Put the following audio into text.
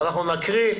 אנחנו נקריא,